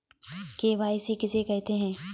KYC किसे कहते हैं?